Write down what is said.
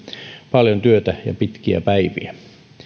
paljon työtä ja pitkiä päiviä